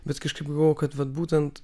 bet kažkaip galvojau kad vat būtent